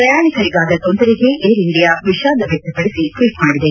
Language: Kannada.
ಪ್ರಯಾಣಿಕರಿಗಾದ ತೊಂದರೆಗೆ ಏರ್ ಇಂಡಿಯಾ ವಿಷಾದ ವ್ಯಕಪಡಿಸಿ ಟ್ನೀಟ್ ಮಾಡಿದೆ